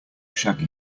shaggy